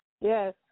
yes